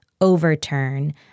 overturn